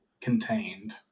contained